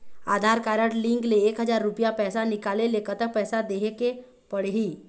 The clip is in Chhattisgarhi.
आधार कारड लिंक ले एक हजार रुपया पैसा निकाले ले कतक पैसा देहेक पड़ही?